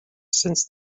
since